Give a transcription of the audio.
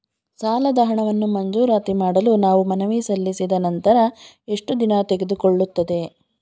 ಸಾಲದ ಹಣವನ್ನು ಮಂಜೂರಾತಿ ಮಾಡಲು ನಾವು ಮನವಿ ಸಲ್ಲಿಸಿದ ನಂತರ ಎಷ್ಟು ದಿನ ತೆಗೆದುಕೊಳ್ಳುತ್ತದೆ?